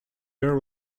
year